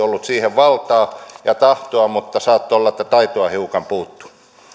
siihen valtaa ja tahtoa mutta saattoi olla että taitoa hiukan puuttui